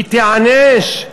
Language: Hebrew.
היא תיענש.